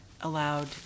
allowed